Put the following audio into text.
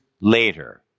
later